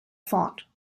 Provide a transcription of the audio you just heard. font